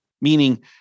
meaning